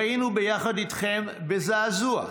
ראינו ביחד איתכם, בזעזוע,